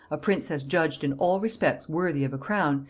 a princess judged in all respects worthy of a crown,